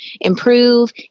improve